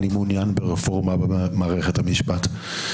אני מעוניין ברפורמה במערכת המשפט.